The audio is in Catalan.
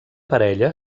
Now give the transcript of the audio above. parella